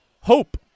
hope